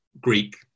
Greek